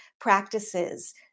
practices